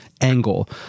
angle